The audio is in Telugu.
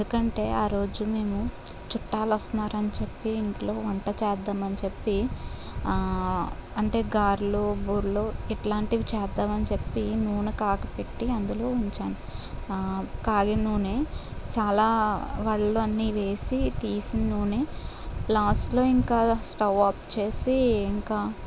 ఎందుకంటే ఆ రోజు మేము చుట్టాలొస్తున్నారని చెప్పి ఇంట్లో వంట చేద్దామని చెప్పి ఆ అంటే గారెలు బూరెలు ఇట్లాంటివి చేద్దామని చెప్పి నూనె కాగపెట్టి అందులో ఉంచాను కాగిన నూనె చాలా వడ్లు అన్ని వేసి తీసిన్నూనె లాస్ట్లో ఇంకా స్టవ్ ఆఫ్ చేసి ఇంకా